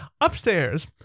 upstairs